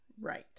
Right